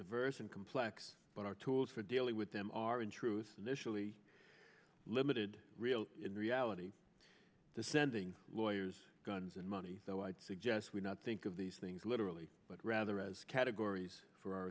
diverse and complex but our tools for dealing with them are in truth really limited real reality to sending lawyers guns and money though i suggest we not think of these things literally but rather as categories for our